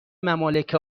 ممالک